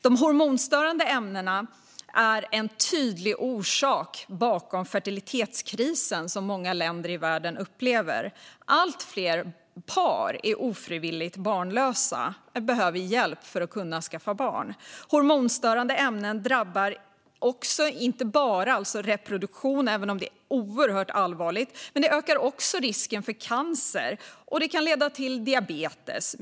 De hormonstörande ämnena är en tydlig orsak till den fertilitetskris som många länder i världen upplever. Allt fler par är ofrivilligt barnlösa och behöver hjälp för att kunna skaffa barn. Hormonstörande ämnen drabbar inte bara reproduktionen, vilket är oerhört allvarligt, utan ökar också risken för cancer och kan leda till diabetes.